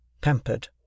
pampered